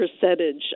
percentage